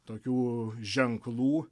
tokių ženklų